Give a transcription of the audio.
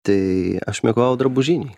tai aš miegojau drabužinėj